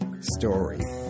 story